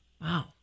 Wow